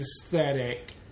aesthetic